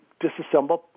disassemble